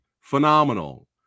phenomenal